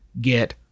get